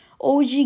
OG